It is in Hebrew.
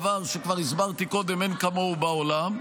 דבר שכבר הסברתי קודם, אין כמוהו בעולם,